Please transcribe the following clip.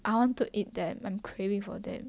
I want to eat them I'm craving for them